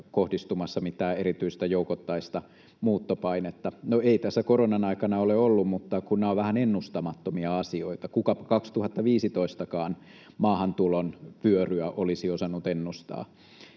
kohdistumassa mitään erityistä joukoittaista muuttopainetta. No, ei tässä koronan aikana ole ollut, mutta kun nämä ovat vähän ennustamattomia asioita. Kukapa 2015 maahantulon vyöryäkään olisi osannut ennustaa?